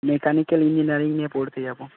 mechanical engineering নিয়ে পড়তে যাব